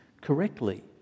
correctly